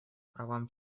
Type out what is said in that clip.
правам